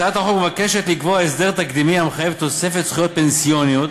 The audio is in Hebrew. הצעת החוק מבקשת לקבוע הסדר תקדימי המחייב תוספת זכויות פנסיוניות